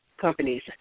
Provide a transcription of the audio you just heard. companies